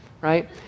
right